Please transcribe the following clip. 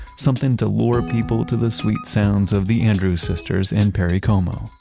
something to lure people to the sweet sounds of the andrews sisters and perry como.